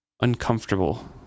uncomfortable